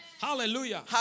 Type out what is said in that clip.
Hallelujah